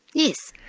yes.